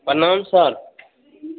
प्रणाम सर